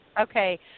Okay